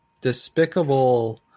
despicable